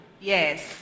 Yes